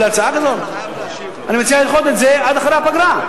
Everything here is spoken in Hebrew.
אני מציע לדחות את זה עד אחרי הפגרה.